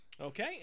Okay